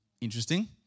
Interesting